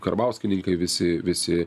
karbauskininkai visi visi